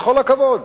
בכל הכבוד.